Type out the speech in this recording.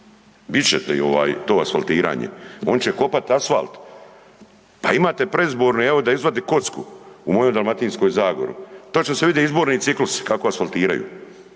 ovaj to asfaltiranje, oni će kopati asfalt. Pa imate predizborne, evo da izvade kocku u mojoj Dalmatinskoj zagori, točno se vide izborni ciklusi kako asfaltiraju.